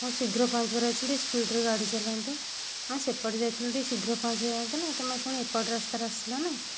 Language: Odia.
ହଁ ଶୀଘ୍ର ପହଞ୍ଚିବାର ଅଛି ଟିକେ ସ୍ପିଡ଼ରେ ଗାଡ଼ି ଚଲାନ୍ତୁ ଆମେ ସେପଟେ ଯାଇଥିଲେ ଶୀଘ୍ର ପହଞ୍ଚି ଯାଆନ୍ତେଣି ତମେ କଣ ଏପଟେ ବାଟେ ଆସିଲେ ନା